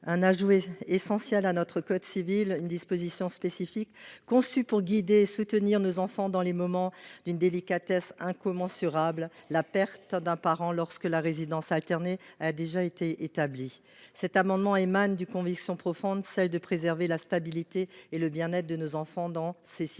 à ajouter au code civil une disposition spécifique conçue pour guider et soutenir les enfants dans les moments d’une délicatesse incommensurable : la perte d’un parent lorsque la résidence alternée a déjà été établie. Cet amendement exprime une conviction profonde : il est essentiel de préserver la stabilité et le bien être de nos enfants dans ces circonstances